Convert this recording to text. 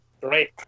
great